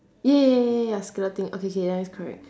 ya ya ya ya ya ya scallop thing okay K then it's correct